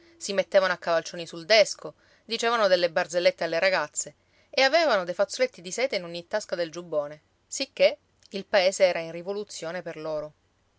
si mettevano a cavalcioni sul desco dicevano delle barzellette alle ragazze e avevano dei fazzoletti di seta in ogni tasca del giubbone sicché il paese era in rivoluzione per loro